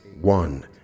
one